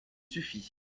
suffit